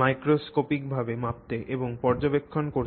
মাইক্রোস্কোপিকভাবে মাপতে এবং পর্যবেক্ষণ করতে পারি